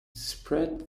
spread